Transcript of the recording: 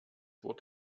wort